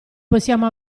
possiamo